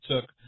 took